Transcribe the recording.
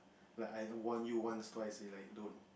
like I warn you once twice already like don't